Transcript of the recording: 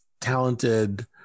talented